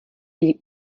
die